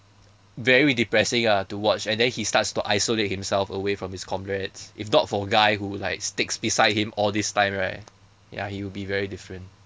very depressing ah to watch and then he starts to isolate himself away from his comrades if not for guy who like sticks beside him all these time right ya he will be very different